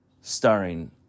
starring